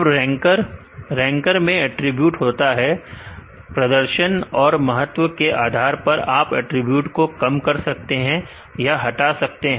अब ranker ranker में attribute होता है प्रदर्शन की महत्व के आधार पर आप अटरीब्यूट्स को कम कर सकते हैं या हटा सकते हैं